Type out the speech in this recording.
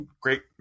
great